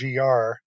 gr